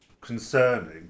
concerning